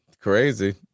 crazy